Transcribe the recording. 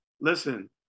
listen